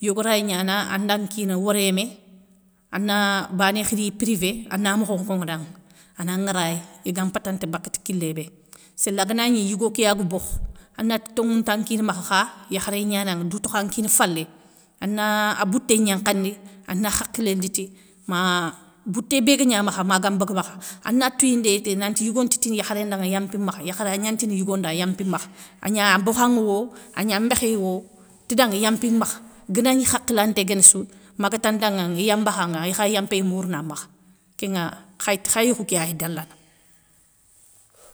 Yogo ray gnana anda kina woré mé, ana bané khiri i privé ana mokhon nkoŋi danŋa, ana nŋarayi iga mpatanta baka kilé bé. Séla ganagni yigo kéyaga bokhou, anati tonŋwou nta kina makha kha yakharé gnananŋa dou tokhan nkina falé, ana a bouté gnankhandi, ana hakhilé liti, ma bouté béguagna makha ma gan mbaga makha, ana touyindéyi téy nanti yigo nti tini yakharé ndanŋa yampi makha, yakharé agnantini yigo nda yampi makha, agna bokhan wo agna an békhéy wo ti danŋa yampi makha, ganagni hakhilanté guéni sou ma gatandaŋa iya bakhanŋa ikhay yampéyé mourouna makha. Kénva kha yékhou ké ay dalana.